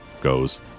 goes